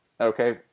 okay